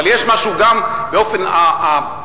אבל יש משהו גם באופן האישי,